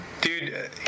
dude